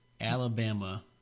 Alabama